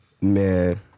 Man